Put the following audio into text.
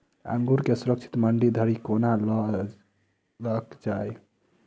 अंगूर केँ सुरक्षित मंडी धरि कोना लकऽ जाय?